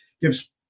gives